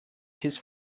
his